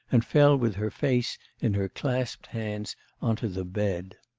and fell with her face in her clasped hands on to the bed.